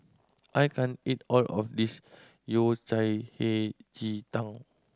I can't eat all of this Yao Cai Hei Ji Tang